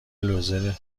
لوزر